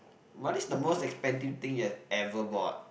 what is the most expensive thing you have ever bought